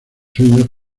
sueños